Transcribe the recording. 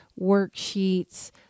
worksheets